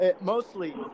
mostly